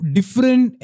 Different